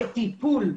זה טיפול.